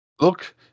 Look